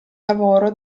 lavoro